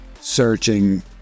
searching